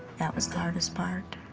that was the hardest part.